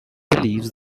believes